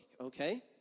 okay